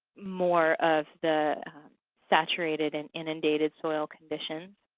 more of the saturated and inundated soil conditions.